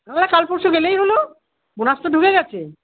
না না কাল পরশু গেলেই হল বোনাস তো ঢুকে গেছে